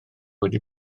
wedi